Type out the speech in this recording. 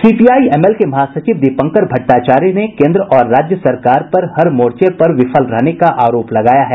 CPI ML के महासचिव दीपंकर भट्टाचार्य ने केन्द्र और राज्य सरकार पर हर मोर्चे पर विफल रहने का आरोप लगाया है